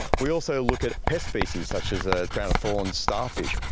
we also look at pest species such as the crown of thorns starfish.